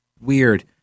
Weird